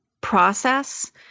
process